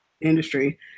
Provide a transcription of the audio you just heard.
industry